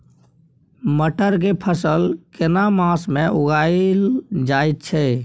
मटर के फसल केना मास में उगायल जायत छै?